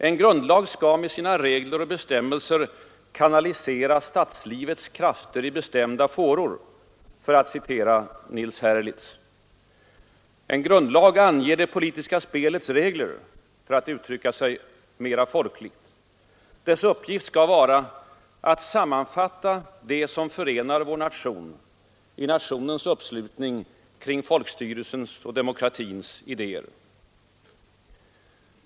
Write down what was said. En grundlag skall med sina regler och bestämmelser kanalisera ”statslivets krafter i bestämda fåror” — för att citera Nils Herlitz. En grundlag anger det politiska spelets regler — för att uttrycka sig mera folkligt. Dess uppgift skall vara att sammanfatta det som förenar vår nation i dess uppslutning kring folkstyrelsens och demokratins idéer.